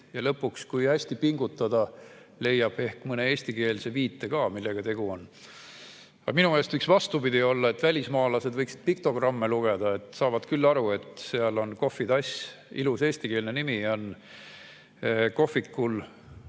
Ja lõpuks, kui hästi pingutada, leiab ehk mõne eestikeelse viite ka, millega tegu on. Minu meelest võiks vastupidi olla, et välismaalased võiksid piktogramme lugeda – saavad küll aru, et seal on kohvitass, ilus eestikeelne nimi on kohvikul,